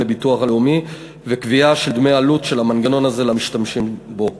לביטוח הלאומי וקביעה של דמי עלות של המנגנון הזה למשתמשים בו.